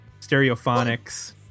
Stereophonics